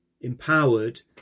empowered